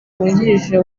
wungirije